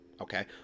okay